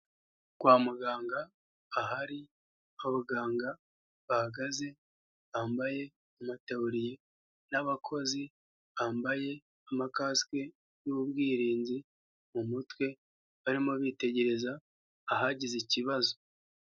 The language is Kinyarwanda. Kwa muganga ahari abaganga bahagaze bambaye amataburiye n'abakozi bambaye amakasike n'ubwirinzi mu mutwe, barimo bitegereza ahagize ikibazo.